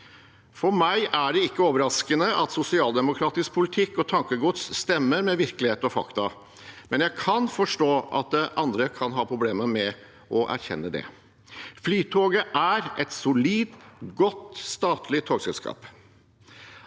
For meg er det ikke overraskende at sosialdemokratisk politikk og tankegods stemmer med virkelighet og fakta, men jeg kan forstå at andre kan ha problemer med å erkjenne det. Flytoget er et solid, godt, statlig togselskap.